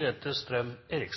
i